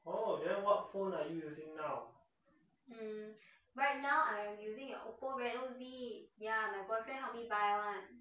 orh then what phone are you using now